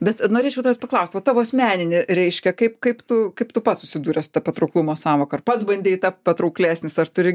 bet norėčiau paklaust va tavo asmeninė reiškia kaip kaip tu kaip tu pats susidūręs su ta patrauklumo sąvoka ar pats bandei patrauklesnis ar turi